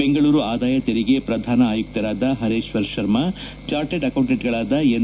ಬೆಂಗಳೂರು ಆದಾಯ ತೆರಿಗೆ ಪ್ರಧಾನ ಆಯುಕ್ತರಾದ ಪರೇಶ್ವರ್ ಶರ್ಮ ಚಾರ್ಟ್ರ್ಡ್ ಅಕೌಂಟೆಂಟ್ಗಳಾದ ಎನ್